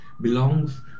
belongs